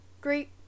great